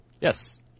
Yes